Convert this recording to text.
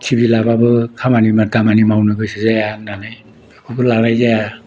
TV लाबाबो खामानि दामानि मावनो गोसो जाया होननानै बेखौ लानाय जाया